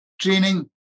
training